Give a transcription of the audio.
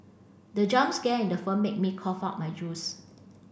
the jump scare in the film made me cough out my juice